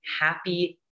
happy